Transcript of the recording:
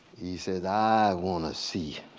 he says, i want to see